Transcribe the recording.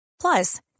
Plus